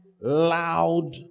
loud